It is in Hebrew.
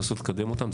לנסות לקדם אותם.